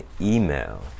email